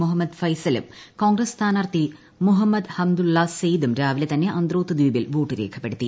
മൊഹമ്മദ് ഫൈസലും കോൺഗ്രസ്സ് സ്ഥാനാർത്ഥി മുഹമ്മദ് ഹമ്ദുള്ള സെയ്ദും രാവിലെ തന്നെ അന്ത്രോത്ത് ദ്വീപിൽ വോട്ടു രേഖപ്പെടുത്തി